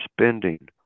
spending